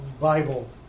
Bible